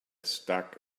stuck